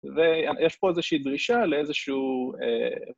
ויש פה איזושהי דרישה לאיזשהו...